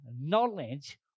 knowledge